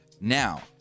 now